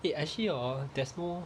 eh actually orh there's no